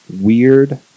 Weird